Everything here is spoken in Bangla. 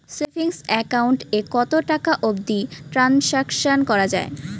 সেভিঙ্গস একাউন্ট এ কতো টাকা অবধি ট্রানসাকশান করা য়ায়?